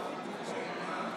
היושב-ראש,